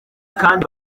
kandi